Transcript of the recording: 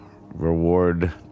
reward